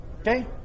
Okay